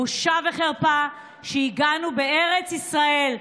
בושה וחרפה שהגענו בארץ ישראל,